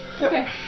Okay